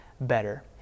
better